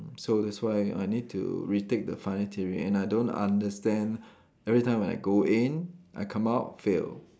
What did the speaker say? so that's why I need to retake the final theory and I don't understand every time when I go in I come out fail